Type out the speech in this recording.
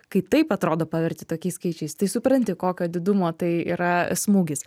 kai taip atrodo paverti tokiais skaičiais tai supranti kokio didumo tai yra smūgis